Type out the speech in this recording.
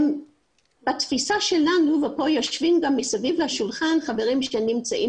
שבתפיסה שלנו וכאן יושבים מסביב לשולחן חברים שנמצאים